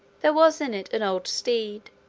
there was in it an old steed,